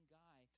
guy